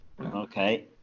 Okay